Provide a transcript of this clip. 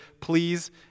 Please